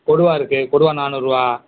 கொடுவா இருக்குது கொடுவா நானுாறுருவா